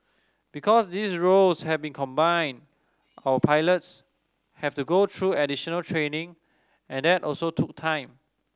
because these roles have been combined our pilots have to go through additional training and that also took time